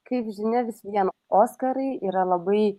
kaip žinia visviena oskarai yra labai